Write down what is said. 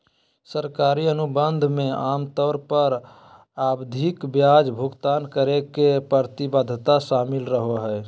सरकारी अनुबंध मे आमतौर पर आवधिक ब्याज भुगतान करे के प्रतिबद्धता शामिल रहो हय